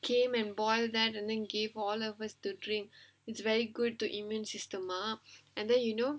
came and boil that and then gave all of us to drink it's very good to immune system ah and then you know